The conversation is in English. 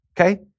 okay